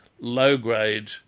low-grade